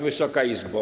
Wysoka Izbo!